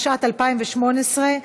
התשע"ט 2018,